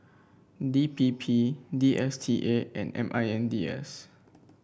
D P P D S T A and M I N D S